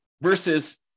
versus